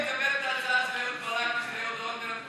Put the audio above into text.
הם סירבו לקבל את ההצעה של אהוד ברק ושל אהוד אולמרט,